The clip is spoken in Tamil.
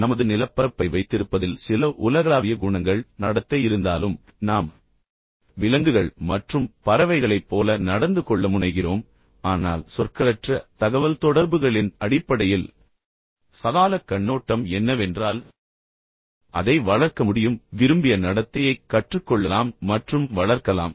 நமது நிலப்பரப்பை வைத்திருப்பதில் சில உலகளாவிய குணங்கள் நடத்தை இருந்தாலும் நாம் விலங்குகள் மற்றும் பறவைகளைப் போல நடந்து கொள்ள முனைகிறோம் ஆனால் சொற்களற்ற தகவல்தொடர்புகளின் அடிப்படையில் சமகாலக் கண்ணோட்டம் என்னவென்றால் அதை வளர்க்க முடியும் அதாவது விரும்பிய நடத்தையைக் கற்றுக்கொள்ளலாம் மற்றும் வளர்க்கலாம்